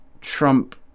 Trump